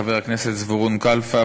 חברי הכנסת זבולון כלפה,